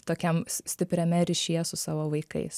tokiam stipriame ryšyje su savo vaikais